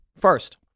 First